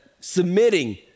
submitting